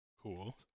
Cool